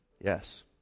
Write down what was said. Yes